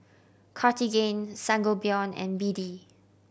Cartigain Sangobion and B D